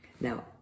now